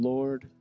Lord